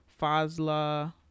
Fazla